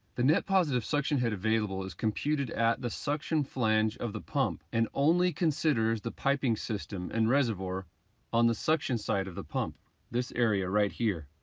the net positive suction head available is computed at the suction flange of the pump and only considers the piping system and reservoir on the suction side of the pump this area right here.